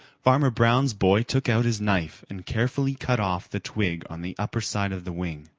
farmer brown's boy took out his knife and carefully cut off the twig on the upper side of the wing.